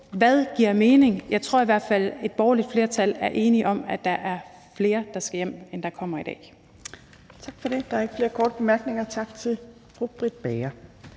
der giver mening. Jeg tror i hvert fald, et borgerligt flertal er enige om, at der er flere, der skal hjem, end der kommer i dag.